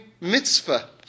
Mitzvah